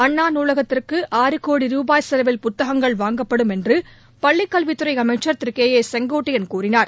அண்ணா நூலகத்திற்கு ஆறு கோடி ரூபாய் செலவில் புத்தகங்கள் வாங்கப்படும் என்று பள்ளிக்கல்வித்துறை அமைச்சர் திரு கே ஏ செங்கோட்டையன் கூறினார்